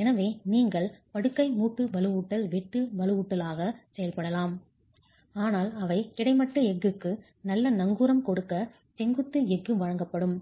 எனவே நீங்கள் படுக்கை மூட்டு வலுவூட்டல் வெட்டு வலுவூட்டலாக செயல்படலாம் ஆனால் அவை கிடைமட்ட எஃகுக்கு நல்ல நங்கூரம் கொடுக்க செங்குத்து எஃகு வழங்கப்படும்